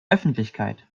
öffentlichkeit